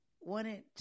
wanted